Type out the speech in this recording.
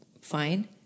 fine